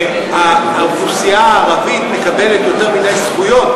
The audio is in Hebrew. שהאוכלוסייה הערבית מקבלת יותר מדי זכויות?